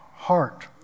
heart